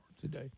today